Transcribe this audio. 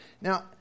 Now